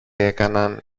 έκαναν